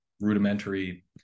rudimentary